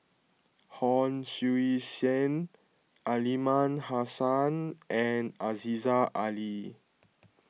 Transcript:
Hon Sui Sen Aliman Hassan and Aziza Ali